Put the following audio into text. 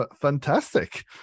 fantastic